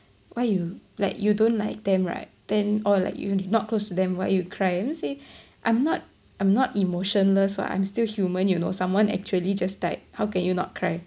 why you like you don't like them right then or like you not close to them why you cry then I say I'm not I'm not emotionless what I'm still human you know someone actually just died how can you not cry